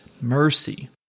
mercy